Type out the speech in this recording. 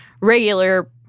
regular